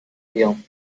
بیام